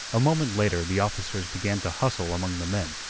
a moment later the officers began to bustle among the men,